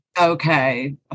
Okay